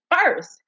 first